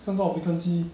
剩多少 vacancy